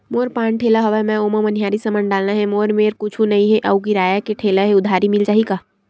मोर पान ठेला हवय मैं ओमा मनिहारी समान डालना हे मोर मेर कुछ नई हे आऊ किराए के ठेला हे उधारी मिल जहीं का?